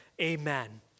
amen